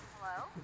Hello